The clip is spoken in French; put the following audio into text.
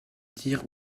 dire